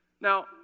Now